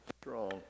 strong